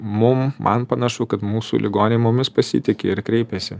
mum man panašu kad mūsų ligoniai mumis pasitiki ir kreipiasi